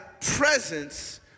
presence